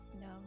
no